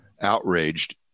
outraged